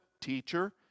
teacher